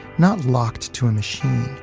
not locked to a machine,